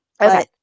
Okay